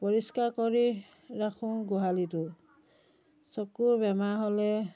পৰিষ্কাৰ কৰি ৰাখোঁ গোহালিটো চকুৰ বেমাৰ হ'লে